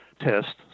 test